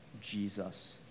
jesus